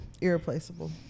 irreplaceable